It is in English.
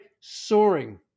soaring